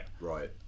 right